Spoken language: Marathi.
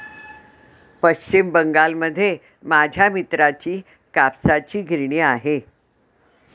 पश्चिम बंगालमध्ये माझ्या मित्राची कापसाची गिरणी आहे